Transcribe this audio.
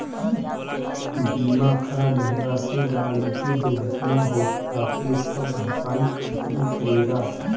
बीमा करा लेहला से गाड़ी के दुर्घटना होखला पे सब भरपाई कंपनी करेला